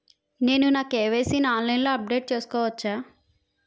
నేను నా కే.వై.సీ ని ఆన్లైన్ లో అప్డేట్ చేసుకోవచ్చా?